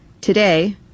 Today